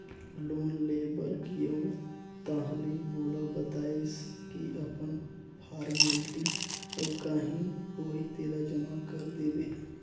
loan ले बर गेंव ताहले मोला बताइस की अपन फारमेलटी अउ काही होही तेला जमा कर देबे